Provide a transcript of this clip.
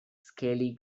scaly